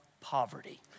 poverty